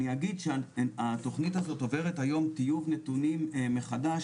אני אגיד שהתכנית הזאת עוברת היום טיוב נתונים מחדש